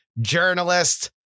journalist